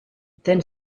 then